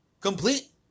complete